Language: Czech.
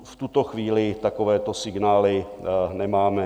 V tuto chvíli takovéto signály nemáme.